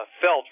felt